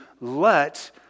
let